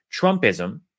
Trumpism